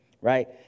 right